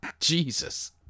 Jesus